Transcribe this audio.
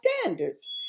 standards